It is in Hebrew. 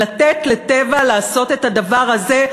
לתת ל"טבע" לעשות את הדבר הזה.